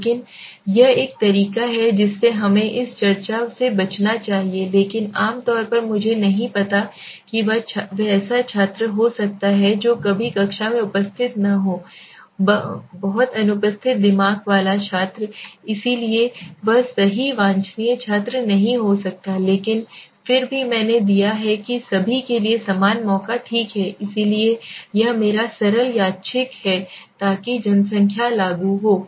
लेकिन यह एक तरीका है जिससे हमें इस चर्चा से बचना चाहिए लेकिन आम तौर पर मुझे नहीं पता कि वह ऐसा छात्र हो सकता है जो कभी कक्षा में उपस्थित न हो बहुत अनुपस्थित दिमाग वाला छात्र इसलिए वह सही वांछनीय छात्र नहीं हो सकता है लेकिन फिर भी मैंने दिया है कि सभी के लिए समान मौका ठीक है इसलिए यह मेरा सरल यादृच्छिक है ताकि जनसंख्या लागू हो